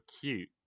cute